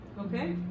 Okay